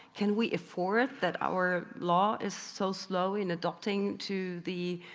can we afford that our law is so slow in adopting to the,